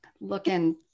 looking